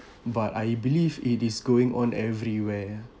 but I believe it is going on everywhere